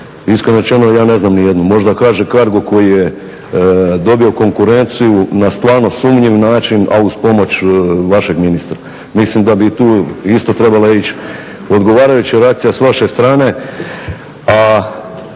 Iskreno rečeno ja ne znam niti jednu, možda HŽ CARGO koji je dobio konkurenciju na stvarno sumnjiv način a uz pomoć vašeg ministra. Mislim da bi tu isto trebala ići odgovarajuća reakcija s vaše strane.